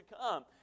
come